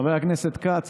חבר הכנסת כץ,